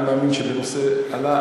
אני מאמין שבנושא שעלה,